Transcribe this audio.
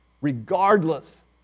regardless